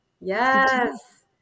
Yes